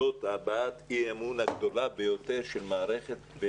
זאת הבעת אי-אמון גדולה ביותר של המערכת.